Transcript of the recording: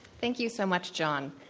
thank you so much, john.